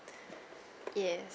yes